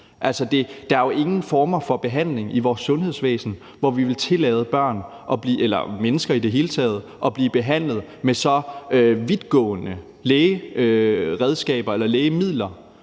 der er jo ingen former for behandling i vores sundhedsvæsen, hvor vi ville tillade børn – eller mennesker i det hele taget – at blive behandlet med så vidtgående lægemidler med